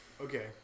Okay